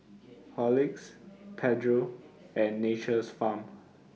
Horlicks Pedro and Nature's Farm